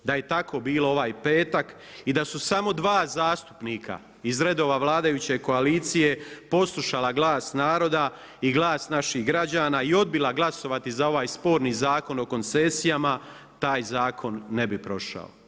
Da je tako bilo ovaj petak i da su samo dva zastupnika iz redova vladajuće koalicije poslušala glas naroda i glas naših građana i odbila glasovati za ovaj sporni Zakon o koncesijama taj zakon ne bi prošao.